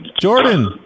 Jordan